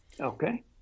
Okay